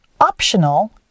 optional